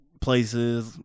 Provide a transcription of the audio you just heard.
places